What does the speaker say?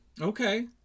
okay